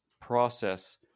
process